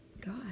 God